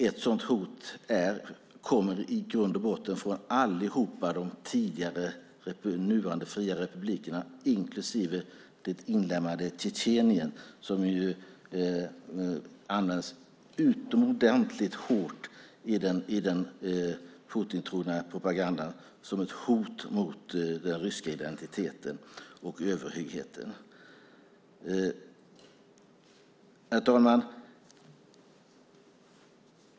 Ett sådant hot kommer i grund och botten från alla de nu fria republikerna inklusive det inlemmade Tjetjenien som utmålas utomordentligt hårt i den Putintrogna propagandan som ett hot mot den ryska identiteten och överhögheten. Herr talman!